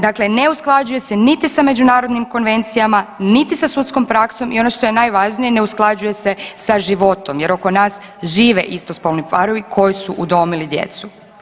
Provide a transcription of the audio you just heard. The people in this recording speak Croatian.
Dakle, ne usklađuje se niti sa međunarodnim konvencijama, niti sa sudskom praksom i ono što je najvažnije ne usklađuje se sa životom jer ono nas žive istospolni parovi koji su udomili djecu.